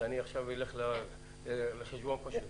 אז עכשיו אני אלך לחשבון פשוט